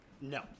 No